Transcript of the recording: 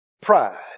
Pride